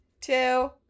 two